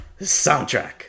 Soundtrack